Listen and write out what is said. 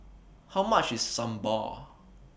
How much IS Sambar